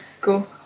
go